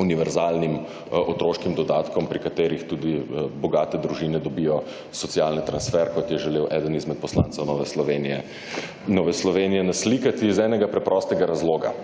univerzalnim otroškim dodatkom, pri katerih tudi bogate družine dobijo socialni transfer, kot je želel eden izmed poslancev Nove Slovenije naslikati iz enega preprostega razloga.